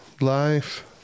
Life